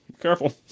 Careful